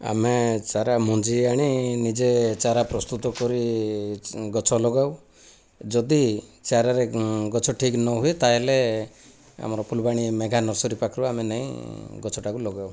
ଆମେ ଚାରା ମଞ୍ଜି ଆଣି ନିଜେ ଚାରା ପ୍ରସ୍ତୁତ କରି ଗଛ ଲଗାଉ ଯଦି ଚାରାରେ ଗଛ ଠିକ ନହୁଏ ତାହେଲେ ଆମର ଫୁଲବାଣୀ ମେଘା ନର୍ସରୀ ପାଖରୁ ଆମେ ନେଇ ଗଛଟାକୁ ଲଗାଉ